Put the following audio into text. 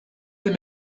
them